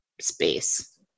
space